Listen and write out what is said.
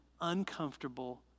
uncomfortable